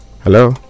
hello